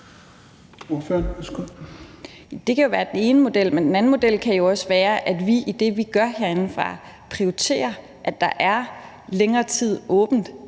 Det kan være en model. Men en anden model kan jo også være, at vi i det, vi gør herindefra, prioriterer, at der er længere tid åbent